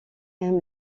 aime